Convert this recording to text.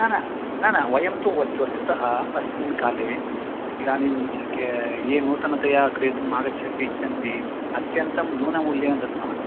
न न न न वयं तु वस्तु वस्तुतः अस्मिन् काले इदानीं के नूतनतया क्रेतुम् आगच्छन्ति इच्छन्ति अत्यन्तं न्यूनमूल्येन दद्मः